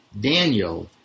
Daniel